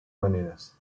maneras